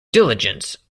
diligence